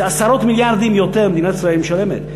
עשרות מיליארדים יותר מדינת ישראל משלמת.